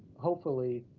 hopefully,